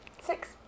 Six